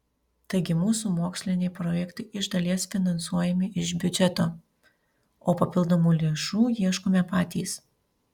taigi mūsų moksliniai projektai iš dalies finansuojami iš biudžeto o papildomų lėšų ieškome patys